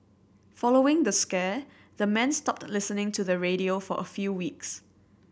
following the scare the men stopped listening to the radio for a few weeks